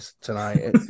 tonight